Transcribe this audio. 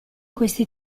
questi